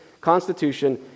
Constitution